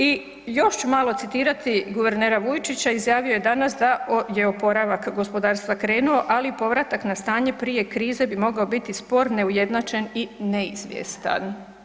I još ću malo citirati guvernera Vujčića, izjavio je danas da je oporavak gospodarstva krenuo, ali povratak na stanje prije krize bi mogao biti spor, neujednačen i neizvjestan.